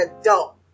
adult